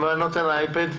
מה נותן האייפד?